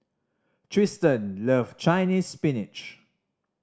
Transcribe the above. Trystan love Chinese Spinach